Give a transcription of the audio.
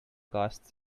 casts